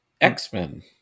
X-Men